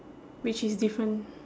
which is different